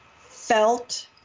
felt